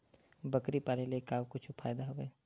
बकरी पाले ले का कुछु फ़ायदा हवय?